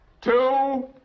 two